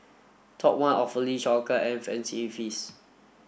Top One Awfully Chocolate and Fancy Feast